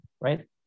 right